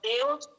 Deus